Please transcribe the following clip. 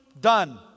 Done